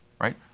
right